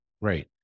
right